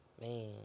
man